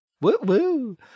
Woo-woo